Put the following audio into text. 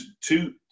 two